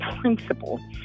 principle